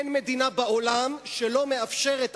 אין מדינה בעולם שלא מאפשרת,